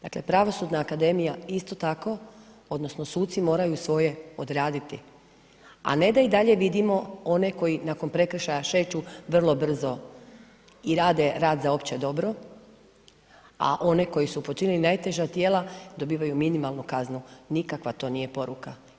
Dakle Pravosudna akademija isto tako odnosno suci moraju svoje odraditi a ne da i dalje vidimo one koji nakon prekršaja kreću vrlo brzo i rade rad za opće dobro a one koji su počinili najteža djela dobivaju minimalnu kaznu, nikakva to nije poruka.